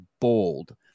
bold